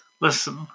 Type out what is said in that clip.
Listen